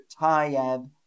Tayeb